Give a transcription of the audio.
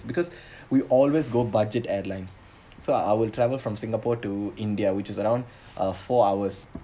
because we always go budget airlines so I will travel from singapore to india which is around uh four hours